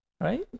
right